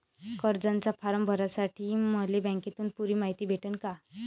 कर्जाचा फारम भरासाठी मले बँकेतून पुरी मायती भेटन का?